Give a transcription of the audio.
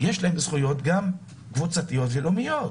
יש להם גם זכויות קבוצתיות ולאומיות.